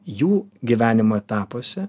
jų gyvenimo etapuose